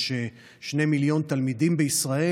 יש שני מיליון תלמידים בישראל